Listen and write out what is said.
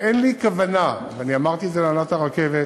אין לי כוונה, ואני אמרתי את זה להנהלת הרכבת,